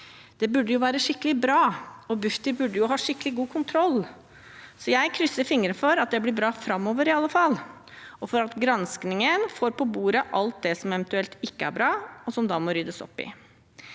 Det burde jo være skikkelig bra, og Bufdir burde jo ha skikkelig god kontroll. Jeg krysser fingre for at det blir bra framover i alle fall, og for at granskingen får på bordet alt det som eventuelt ikke er bra, og som da må ryddes opp i.